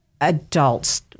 adults